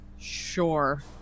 sure